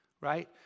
right